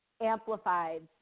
amplified